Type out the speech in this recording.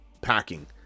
packing